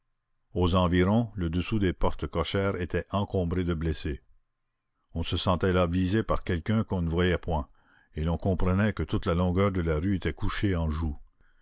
aux environs le dessous des portes cochères était encombré de blessés on se sentait là visé par quelqu'un qu'on ne voyait point et l'on comprenait que toute la longueur de la rue était couchée en joue